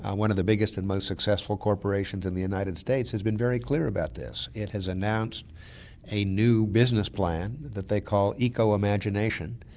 ah one of the biggest and most successful corporations in the united states, has been very clear about this it has announced a new business plan that they call eco-imagination,